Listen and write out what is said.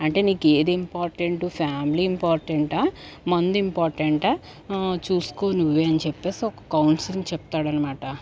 అంటే నీకు ఏది ఇంపార్టెంటు ఫ్యామిలీ ఇంపార్టెంటా మందు ఇంపార్టెంట చూసుకో నువ్వే అని చెప్పేసి ఒక కౌన్సిలింగ్ చెప్తాడనమాట